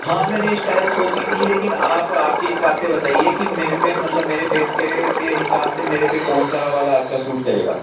हाँ मैंने स्टाइल सोची थी लेकिन आप आपके हिसाब से बताइए कि मेरे पे मतलब मेरे फेस के हिसाब से मेरे पे कौन सा वाला अच्छा शूट करेगा